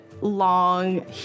long